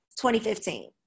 2015